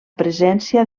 presència